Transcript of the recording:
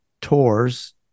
tours